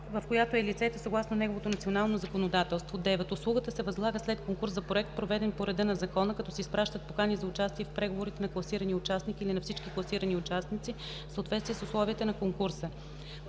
в която е лицето, съгласно неговото национално законодателство; 9. услугата се възлага след конкурс за проект, проведен по реда на закона, като се изпращат покани за участие в преговорите на класирания участник или на всички класирани участници в съответствие с условията на конкурса;